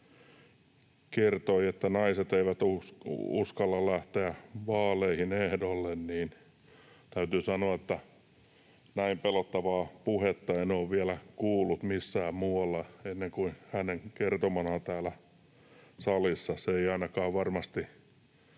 kertoi, että naiset eivät uskalla lähteä vaaleihin ehdolle, täytyy sanoa, että näin pelottavaa puhetta en ole vielä kuullut missään muualla ennen kuin hänen kertomanaan täällä salissa. Ainakaan ei varmasti